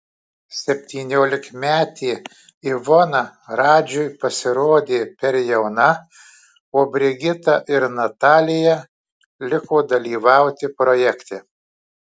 septyniolikmetė ivona radžiui pasirodė per jauna o brigita ir natalija liko dalyvauti projekte